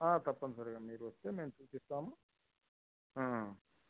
తప్పని సరిగా మీరు వస్తే మేము చూపిస్తాము